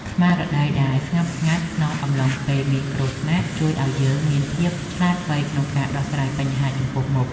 ស្មារតីដែលស្ងប់ស្ងាត់ក្នុងអំឡុងពេលមានគ្រោះថ្នាក់ជួយឱ្យយើងមានភាពឆ្លាតវៃក្នុងការដោះស្រាយបញ្ហាចំពោះមុខ។